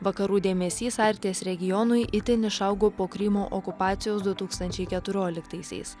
vakarų dėmesys arkties regionui itin išaugo po krymo okupacijos du tūkstančiai keturioliktaisiais